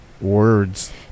words